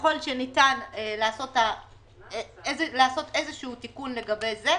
ככל שניתן לעשות איזה תיקון לגבי זה,